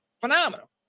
phenomenal